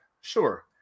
Sure